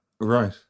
Right